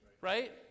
right